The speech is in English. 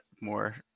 More